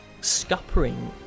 scuppering